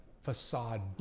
facade